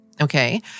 Okay